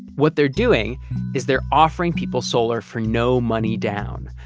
what they're doing is they're offering people solar for no money down.